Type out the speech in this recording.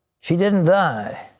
she didn't die.